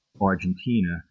Argentina